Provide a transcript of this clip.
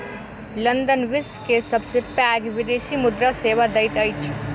London विश्व के सबसे पैघ विदेशी मुद्रा सेवा दैत अछि